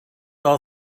all